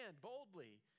boldly